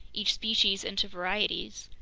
each species into varieties.